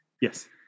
Yes